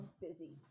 busy